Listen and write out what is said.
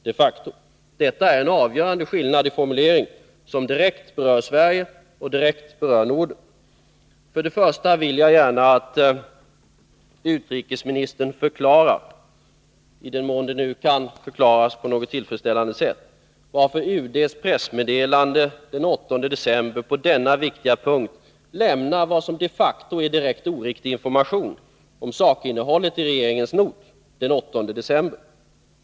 Detta är de facto en avgörande skillnad i formulering, som direkt berör Sverige och Norden. För det första vill jag gärna att utrikesministern förklarar — i den mån det kan förklaras på ett tillfredsställande sätt — varför UD:s pressmeddelande den 8 december på denna viktiga punkt lämnar vad som de facto är direkt oriktig information om sakinnehållet i regeringens not den 8 december.